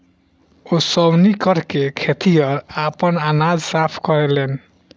ओसौनी करके खेतिहर आपन अनाज साफ करेलेन